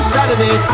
Saturday